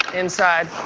inside,